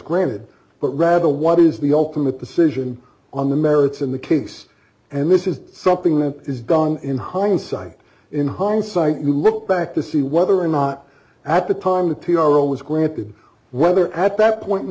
granted but rather what is the ultimate decision on the merits in the case and this is something that is done in hindsight in hindsight you look back to see whether or not at the time the tiara was granted whether at that point in